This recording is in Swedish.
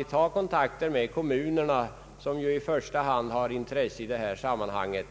att ta kontakt med kommunerna som ju i första hand har intressen att tillvarata i detta sammanhang.